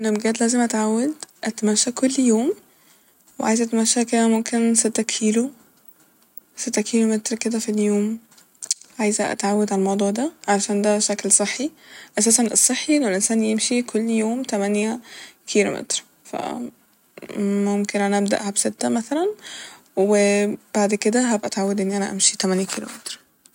أنا بجد لازم أتعود أتمشى كل يوم وعايزه أتمشى كمان ممكن ستة كيلو ستة كيلو متر كده ف اليوم عايزه أتعود ع الموضوع ده عشان ده شكل صحي أساسا الصحي إنه الانسان يمشي كل يوم تمانية كيلو متر ف ممكن أنا أبدأها بستة مثلا وبعد كده هبقى أتعود إني أنا أمشي تمانية كيلو متر